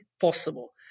possible